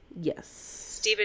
Yes